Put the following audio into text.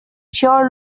sure